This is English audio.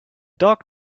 dog